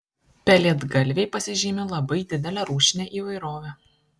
pelėdgalviai pasižymi labai didele rūšine įvairove